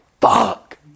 fuck